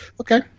Okay